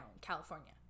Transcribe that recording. California